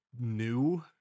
new